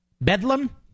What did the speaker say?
bedlam